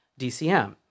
DCM